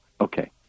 Okay